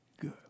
good